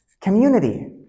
community